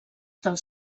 dels